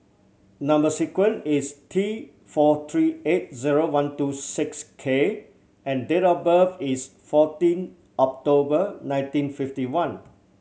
number sequence is T four three eight zero one two six K and date of birth is fourteen October nineteen fifty one